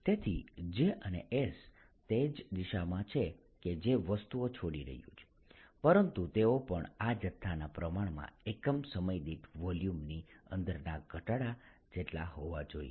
તેથી j અને s તે જ દિશામાં છે કે જે વસ્તુઓ છોડી રહ્યું છે પરંતુ તેઓ પણ આ જથ્થાના પ્રમાણમાં એકમ સમય દીઠ વોલ્યુમ ની અંદરના ઘટાડા જેટલા હોવા જોઈએ